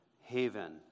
haven